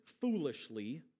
foolishly